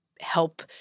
help